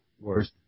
Worst